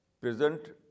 present